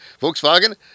Volkswagen